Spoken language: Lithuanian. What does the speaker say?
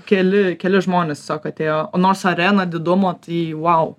keli keli žmonės tiesiog atėjo nors arena didumo tai vou